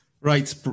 Right